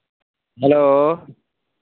hello